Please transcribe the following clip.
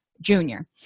junior